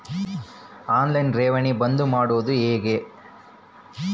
On line ಠೇವಣಿ ಬಂದ್ ಮಾಡೋದು ಹೆಂಗೆ?